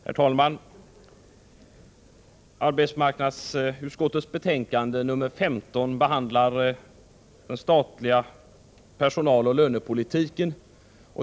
Herr talman! I arbetsmarknadsutskottets betänkande nr 15 behandlas den statliga personaloch lönepolitiken.